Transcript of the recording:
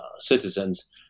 citizens